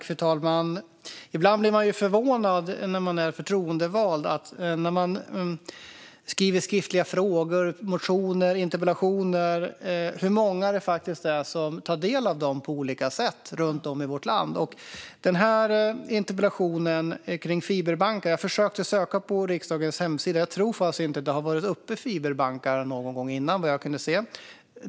Fru talman! Ibland blir man som förtroendevald förvånad över hur många runt om i vårt land som faktiskt på olika sätt tar del av de frågor, motioner och interpellationer som man skriver. Jag försökte söka på riksdagens hemsida, men jag tror faktiskt inte att fiberbankar har tagits upp i någon interpellation tidigare.